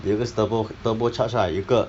有一个 turbo turbo charge lah 有一个